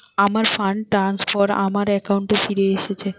আমার fund transfer আমার অ্যাকাউন্টে ফিরে এসেছে